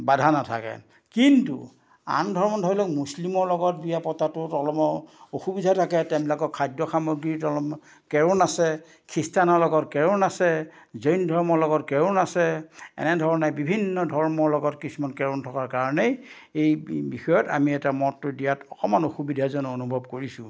বাধা নাথাকে কিন্তু আন ধৰ্ম ধৰি লওক মুছলিমৰ লগত বিয়া পতাটোত অলপমান অসুবিধা থাকে তেওঁবিলাকৰ খাদ্য সামগ্ৰীত অলপমান কেৰুণ আছে খ্ৰীষ্টানৰ লগত কেৰুণ আছে জৈন ধৰ্মৰ লগত কেৰুণ আছে এনেধৰণে বিভিন্ন ধৰ্মৰ লগত কিছুমান কেৰুণ থকাৰ কাৰণেই এই বিষয়ত আমি এটা মতটো দিয়াত অকণমান অসুবিধা যেন অনুভৱ কৰিছোঁ